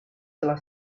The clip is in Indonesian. telah